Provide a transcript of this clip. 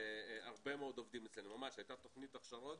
להרבה מאוד עובדים אצלנו, ממש הייתה תוכנית הכשרות